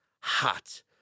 hot